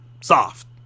soft